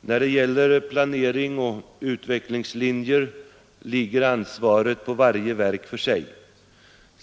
När det gäller planering och utvecklingslinjer ligger ansvaret på varje verk för sig.